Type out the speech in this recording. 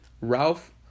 Ralph